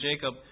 Jacob